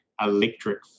electric